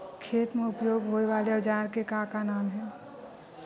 खेत मा उपयोग होए वाले औजार के का नाम हे?